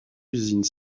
usine